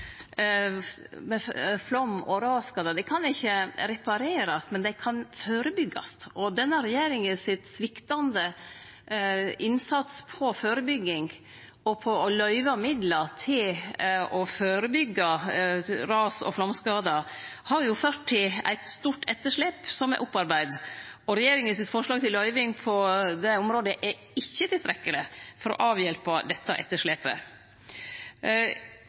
og rasskadar kan ikkje reparerast, men dei kan førebyggjast, og denne regjeringa sin sviktande innsats for førebygging og for å løyve midlar til å førebyggje ras- og flaumskadar har ført til at det er opparbeidd eit stort etterslep. Regjeringa sitt forslag til løyving på det området er ikkje tilstrekkeleg for å avhjelpe dette etterslepet.